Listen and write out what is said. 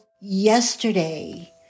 yesterday